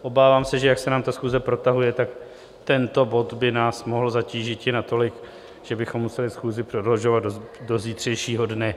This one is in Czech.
Obávám se, že jak se nám ta schůze protahuje, tak tento bod by nás mohl zatížiti natolik, že bychom museli schůzi prodlužovat do zítřejšího dne.